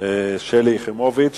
שלי יחימוביץ